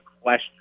question